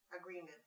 agreement